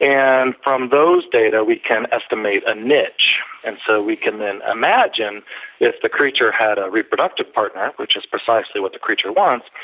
and from those data we can estimate a niche, and so we can then imagine if the creature had a reproductive partner, which is precisely what the creature wants,